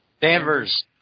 Danvers